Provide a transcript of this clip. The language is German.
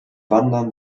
wandern